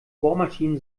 bohrmaschinen